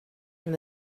from